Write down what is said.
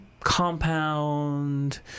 Compound